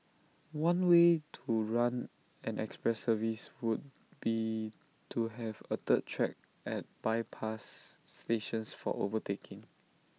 one way to run an express service would be to have A third track at bypass stations for overtaking